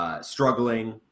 struggling